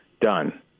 done